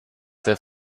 der